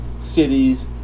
cities